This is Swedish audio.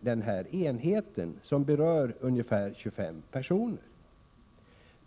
den här enheten, som berör ungefär 25 personer.